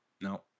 no